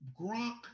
Gronk